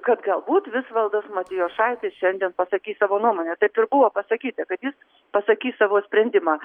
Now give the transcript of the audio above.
kad galbūt visvaldas matijošaitis šiandien pasakys savo nuomonę taip ir buvo pasakyta kad jis pasakys savo sprendimą